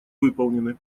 выполнены